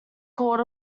called